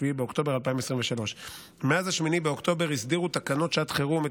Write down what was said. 7 באוקטובר 2023. מאז 8 באוקטובר הסדירו תקנות שעת חירום את